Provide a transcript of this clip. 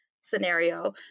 scenario